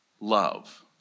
love